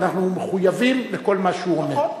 אנחנו מחויבים לכל מה שהוא אומר.